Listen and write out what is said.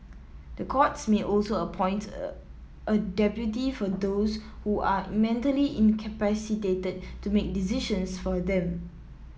the courts may also appoint a a deputy for those who are mentally incapacitated to make decisions for them